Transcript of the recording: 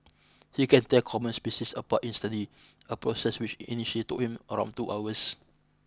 he can tell common species apart instantly a process which initially took him around two hours